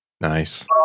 nice